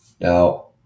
Now